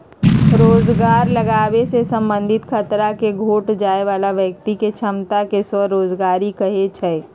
रोजगार लागाबे से संबंधित खतरा के घोट जाय बला व्यक्ति के क्षमता के स्वरोजगारी कहै छइ